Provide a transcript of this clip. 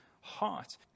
heart